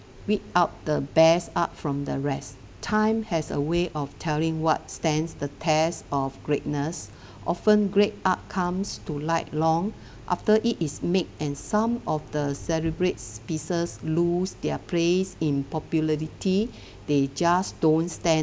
weed out the best art from the rest time has a way of telling what stands the test of greatness often great art comes to light long after it is made and some of the celebrates pieces lose their place in popularity they just don't stand